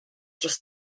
dros